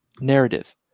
narrative